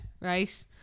right